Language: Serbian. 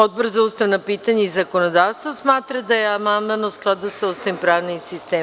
Odbor za ustavna pitanja i zakonodavstvo smatra da je amandman u skladu sa Ustavom i pravnim sistemom.